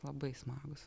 labai smagūs